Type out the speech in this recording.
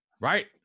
Right